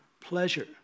pleasure